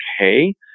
okay